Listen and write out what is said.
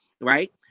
right